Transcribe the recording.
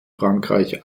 frankreich